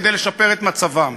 כדי לשפר את מצבם?